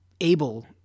able